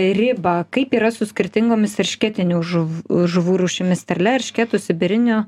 ribą kaip yra su skirtingomis eršketinių žuv žuvų rūšimis sterle eršketu sibiriniu